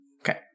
Okay